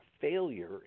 failure